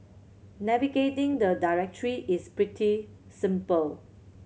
navigating the directory is pretty simple